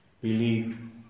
Believe